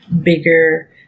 bigger